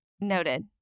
Noted